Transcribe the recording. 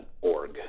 org